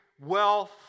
wealth